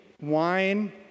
wine